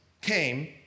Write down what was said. Came